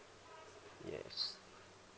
yes